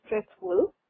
stressful